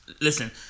Listen